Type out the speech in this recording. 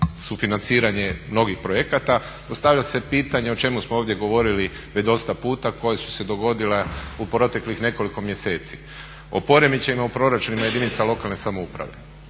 sufinanciranje mnogih projekata postavlja se pitanje o čemu smo ovdje govorili već dosta puta koje su se dogodile u proteklih nekoliko mjeseci. O poremećajima u proračunima jedinica lokalne samouprave,